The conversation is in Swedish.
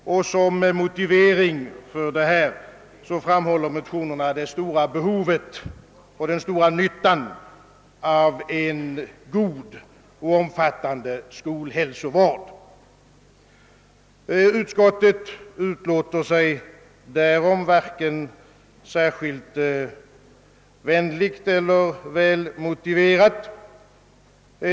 Som motivering anför vi motionärer det stora behovet och den stora nyttan av en god och omfattande skolhälsovård. Utskottet utlåter sig härom varken särskilt vänligt eller välmotiverat.